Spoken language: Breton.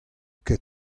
ket